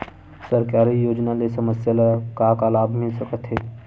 सरकारी योजना ले समस्या ल का का लाभ मिल सकते?